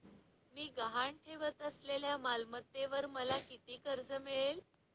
मी गहाण ठेवत असलेल्या मालमत्तेवर मला किती कर्ज मिळेल?